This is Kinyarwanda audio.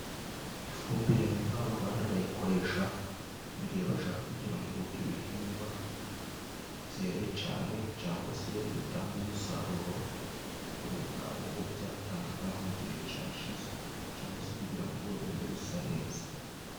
Ifumbire mvaruganda bayikoresha mu gihe bashaka kugira ngo ibihingwa byere cyane cyangwa se bitange umusaruro kuruta uwo byatangaga mu gihe cyashize cyangwa se kugirango bibe bisa neza.